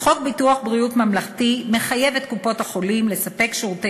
לצורך הנושא, זאת כדי לתת מענה מיידי לפער בנושא